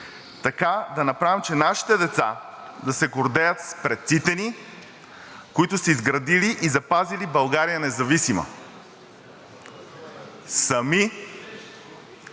така да направим, че нашите деца да се гордеят с предците ни, които са изградили и запазили България независима сами,